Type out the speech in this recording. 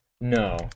no